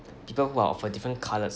people who are of a different coloured